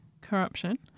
corruption